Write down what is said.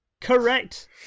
Correct